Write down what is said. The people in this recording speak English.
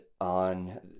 on